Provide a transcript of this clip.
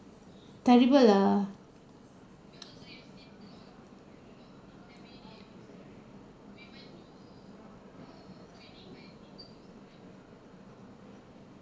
terrible lah